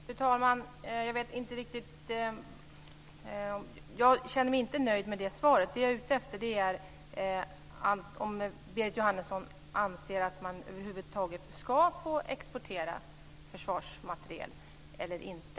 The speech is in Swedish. Fru talman! Jag känner mig inte nöjd med det svaret. Jag är ute efter att få veta om Berit Jóhannesson anser att man över huvud taget ska få exportera försvarsmateriel eller inte.